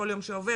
בכל יום שעובר